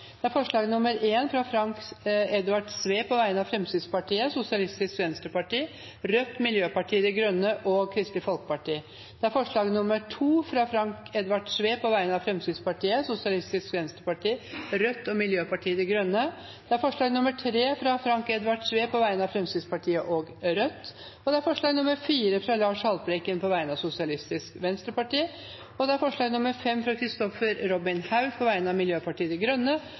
Det er forslag nr. 1, fra Frank Edvard Sve på vegne av Fremskrittspartiet, Sosialistisk Venstreparti, Rødt, Miljøpartiet De Grønne og Kristelig Folkeparti forslag nr. 2, fra Frank Edvard Sve på vegne av Fremskrittspartiet, Sosialistisk Venstreparti, Rødt og Miljøpartiet De Grønne forslag nr. 3, fra Frank Edvard Sve på vegne av Fremskrittspartiet og Rødt forslag nr. 4, fra Lars Haltbrekken på vegne av Sosialistisk Venstreparti forslag nr. 5, fra Kristoffer Robin Haug på vegne av Miljøpartiet De Grønne